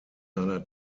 seiner